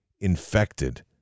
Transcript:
infected